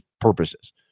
purposes